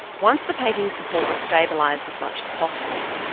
once the painting's support was stabilised as much as possible,